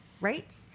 right